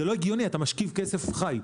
זה לא הגיוני כי אתה משכיב כסף חי.